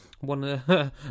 One